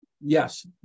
Yes